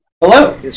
Hello